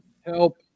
help